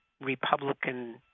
Republican